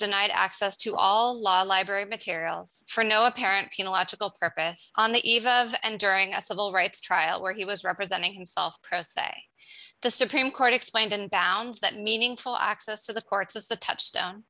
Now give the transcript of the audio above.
denied access to all law library materials for no apparent kena logical purpose on the eve of and during a civil rights trial where he was representing himself press say the supreme court explained and bounds that meaningful access to the courts is the touch